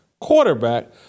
quarterback